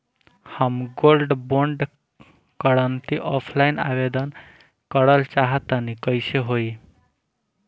हम gold bond करंति offline आवेदन करल चाह तनि कइसे होई?